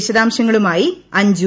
വിശദാംശങ്ങളുമായി അഞ്ജു